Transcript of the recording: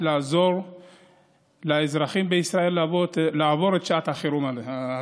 לעזור לאזרחים בישראל לעבור את שעת החירום הזו.